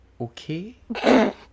Okay